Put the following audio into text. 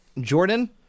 Jordan